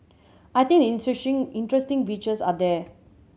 I think the interesting interesting features are there